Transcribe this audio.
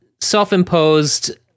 self-imposed